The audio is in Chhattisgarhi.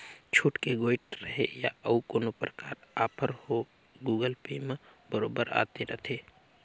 छुट के गोयठ रहें या अउ कोनो परकार आफर हो गुगल पे म बरोबर आते रथे